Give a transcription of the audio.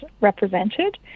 represented